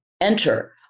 enter